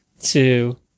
two